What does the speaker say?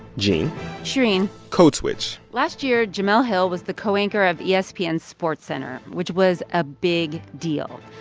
gene shereen code switch last year, jemele hill was the co-anchor of espn's sportscenter, which was a big deal.